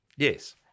Yes